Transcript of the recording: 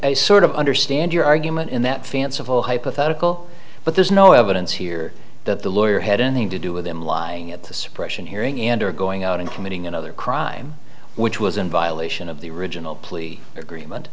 sort of understand your argument in that fanciful hypothetical but there's no evidence here that the lawyer had in the to do with him lying at the suppression hearing and or going out and committing another crime which was in violation of the original plea agreement